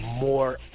more